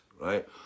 right